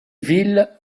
ville